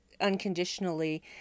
unconditionally